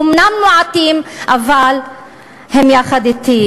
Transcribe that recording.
אומנם מעטים, אבל הם יחד אתי.